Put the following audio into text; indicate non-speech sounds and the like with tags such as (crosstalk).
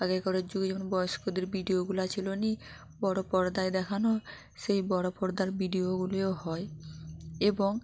তাদের কারো (unintelligible) বয়স্কদের ভিডিওগুলো ছিল না বড় পর্দায় দেখানো সেই বড় পর্দার ভিডিওগুলিও হয় এবং